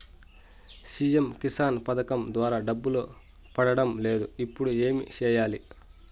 CM Kisan పథకం ద్వారా డబ్బు పడడం లేదు ఇప్పుడు ఏమి సేయాలి